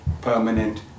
permanent